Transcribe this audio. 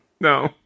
No